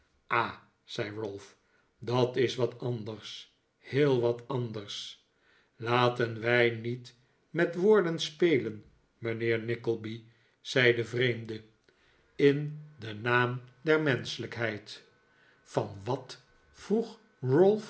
ah zei ralph dat is wat anders heel wat anders laten wij niet met woprden spelen mijnheer nickleby zei de vreemde in den naam der menschelijkheid van wat vroeg